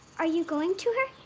are you going to her?